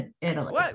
Italy